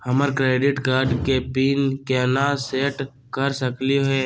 हमर credit card के PIN केना सेट कर सकली हे?